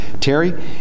Terry